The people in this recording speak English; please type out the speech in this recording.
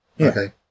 Okay